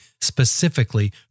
specifically